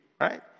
right